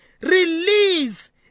Release